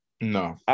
No